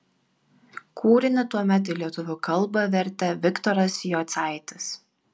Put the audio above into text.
kūrinį tuomet į lietuvių kalbą vertė viktoras jocaitis